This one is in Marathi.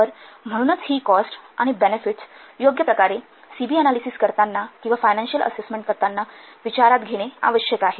तर म्हणूनच ही कॉस्ट आणि बेनेफिट्स योग्य प्रकारे सी बी अनालिसिस करताना किंवा फायनान्शिअल अससेसमेंट विचारात घ्यावे लागेल